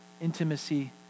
intimacy